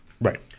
Right